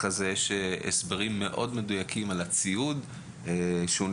כאשר אחרי זה יש הסברים מאוד מדויקים על הציוד שנדרש,